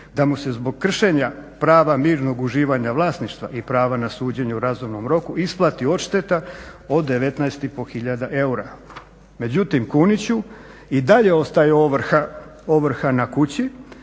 da mu se zbog kršenja prava mirnog uživanja vlasništva i prava na suđenje u razumnom roku isplati odšteta od 19 i pol hiljada eura. Međutim, Kuniću i dalje ostaje ovrha na kući